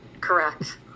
Correct